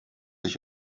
ich